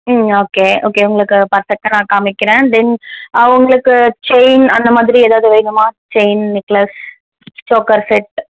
ம் okay okay உங்களுக்கு பர்ஃபெக்ட்டாக நான் காமிக்கிறேன் தென் உங்களுக்கு செயின் அந்த மாதிரி ஏதாவது வேணுமா செயின் நெக்லஸ் சோக்கர் செட்